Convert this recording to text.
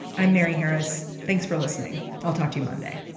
i'm mary harris. thanks for listening. i'll talk to you monday